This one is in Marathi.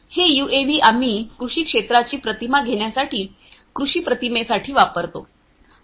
हे यूएव्ही आम्ही कृषी क्षेत्राची प्रतिमा घेण्यासाठी कृषी प्रतिमेसाठी वापरतो